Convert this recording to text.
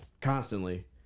constantly